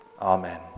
Amen